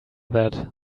that